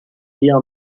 بیا